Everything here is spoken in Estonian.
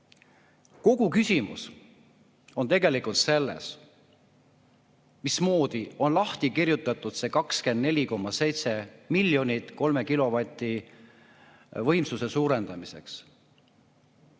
Kogu küsimus on tegelikult selles, mismoodi on lahti kirjutatud see 24,7 miljonit 3 kilovati võimsuse suurendamiseks.